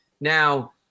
Now